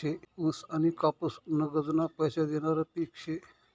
ऊस आनी कापूस नगदना पैसा देनारं पिक शे